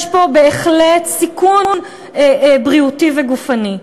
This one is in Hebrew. יש פה בהחלט סיכון בריאותי וגופני,